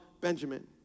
Benjamin